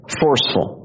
forceful